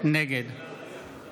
נגד